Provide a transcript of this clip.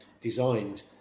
designed